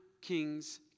king's